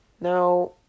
Now